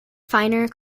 finer